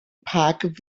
parked